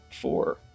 four